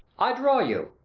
i draw you!